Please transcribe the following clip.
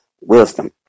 wisdom